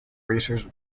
racers